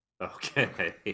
Okay